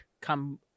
come